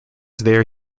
there